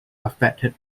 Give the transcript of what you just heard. affected